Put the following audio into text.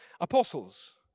apostles